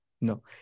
No